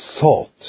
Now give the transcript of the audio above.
thought